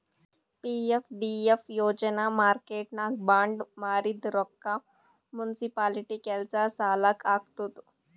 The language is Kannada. ಪಿ.ಎಫ್.ಡಿ.ಎಫ್ ಯೋಜನಾ ಮಾರ್ಕೆಟ್ನಾಗ್ ಬಾಂಡ್ ಮಾರಿದ್ ರೊಕ್ಕಾ ಮುನ್ಸಿಪಾಲಿಟಿ ಕೆಲ್ಸಾ ಸಲಾಕ್ ಹಾಕ್ತುದ್